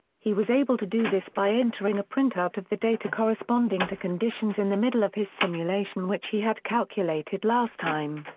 he was able to do this by entering a printout of the data corresponding to conditions in the middle of his simulation which he had calculated last time.